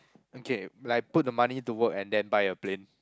okay like put the money to work and then buy a plane